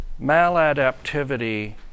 maladaptivity